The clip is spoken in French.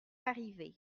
arrivé